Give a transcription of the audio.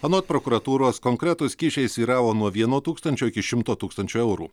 anot prokuratūros konkretūs kyšiai svyravo nuo vieno tūkstančio iki šimto tūkstančių eurų